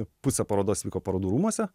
pusė parodos vyko parodų rūmuose